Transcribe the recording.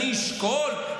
אני אשקול,